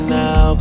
now